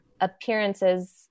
appearances